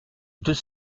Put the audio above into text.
deux